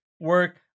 work